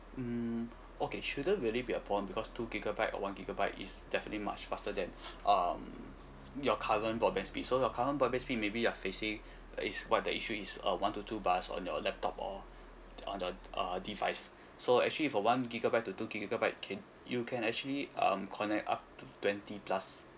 um okay shouldn't really be a problem because two gigabyte or one gigabyte is definitely much faster than um your current broadband speed so your current broadband speed maybe you are facing uh is what the issue is uh one to two bars on your laptop or d~ on your uh device so actually for one gigabyte to two gigabyte can you can actually um connect up to twenty plus